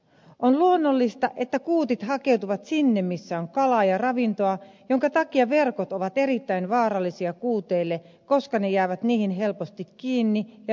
on luonnollista että kuutit hakeutuvat sinne missä on kalaa ja ravintoa minkä takia verkot ovat erittäin vaarallisia kuuteille koska ne jäävät niihin helposti kiinni ja menehtyvät verkkoihin